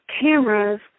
cameras